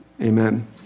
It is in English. Amen